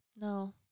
no